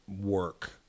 work